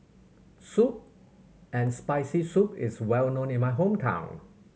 soup and Spicy Soup is well known in my hometown